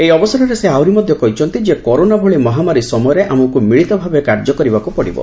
ଏହି ଅବସରରେ ସେ ଆହୁରି ମଧ୍ଧ କହିଛନ୍ତି କରୋନା ଭଳି ମହାମାରୀ ସମୟରେ ଆମକୁ ମିଳିତ ଭାବେ କାର୍ଯ୍ୟ କରିବାକୁ ପଡିବ